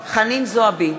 חנין זועבי,